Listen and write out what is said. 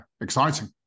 exciting